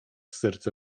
serce